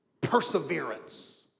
perseverance